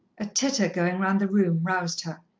a titter going round the room roused her.